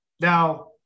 Now